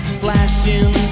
flashing